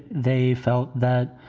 they felt that,